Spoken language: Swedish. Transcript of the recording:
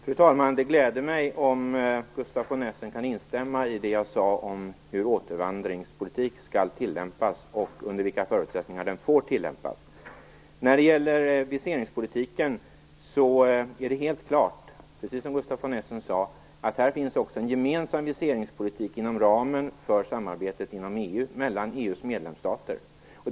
Fru talman! Det gläder mig om Gustaf von Essen kan instämma i det jag sade om hur återvandringspolitik skall tillämpas och under vilka förutsättningar den får tillämpas. När det gäller viseringspolitiken är det helt klart, precis som Gustaf von Essen sade, att det finns en gemensam viseringspolitik inom ramen för EU samarbetet mellan medlemsstaterna.